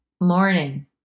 Morning